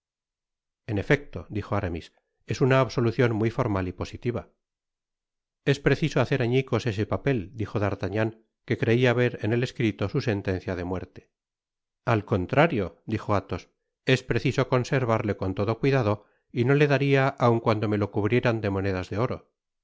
en efecto dijo aramis es una absolucion muy formal y positiva es preciso hacer añicos ese papel dijo d'artagnan que creia ver en el escrito su sentencia de muerte al contrario dijo athos es preciso conservarle con todo cuidado y no le daria aun cuando me lo cubrieran de monedas de oro